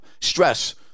Stress